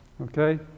okay